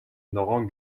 ногоон